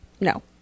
No